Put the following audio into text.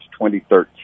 2013